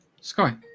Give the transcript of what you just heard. sky